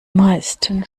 meisten